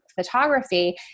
photography